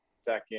second